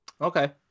Okay